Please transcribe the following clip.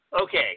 okay